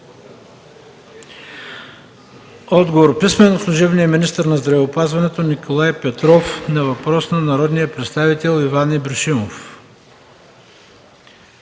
Михалевски; – служебния министър на здравеопазването Николай Петров – на въпрос на народния представител Иван Ибришимов;